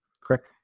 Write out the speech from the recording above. correct